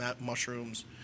mushrooms